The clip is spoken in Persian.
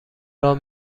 راه